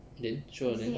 then show 了 then